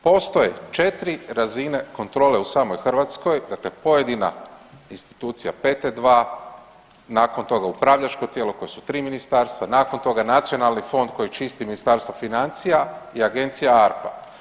Postoje 4 razine kontrole u samoj Hrvatskoj, dakle pojedina institucija PT2, nakon toga upravljačko tijelo koja su 3 ministarstva, nakon toga nacionalni fond koji čisto Ministarstvo financija i Agencija ARPA.